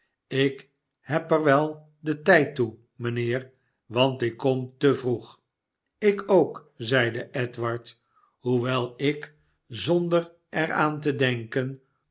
ik heb er wel den tijd toe mijnheer want ik kom te vroeg ik ook zeide edward ihoewel ik zonder er aan te denken